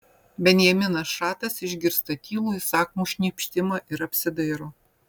benjaminas šatas išgirsta tylų įsakmų šnypštimą ir apsidairo